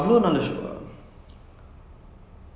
I won't say it's as good as game of thrones but